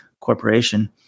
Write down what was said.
corporation